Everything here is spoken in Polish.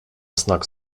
znak